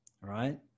right